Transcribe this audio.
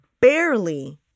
barely